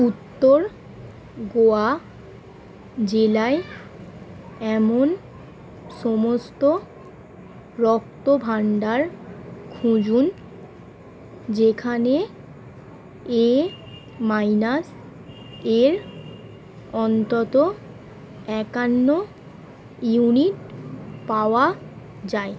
উত্তর গোয়া জেলায় এমন সমস্ত রক্তভাণ্ডার খুঁজুন যেখানে এ মাইনাস এর অন্তত একান্ন ইউনিট পাওয়া যায়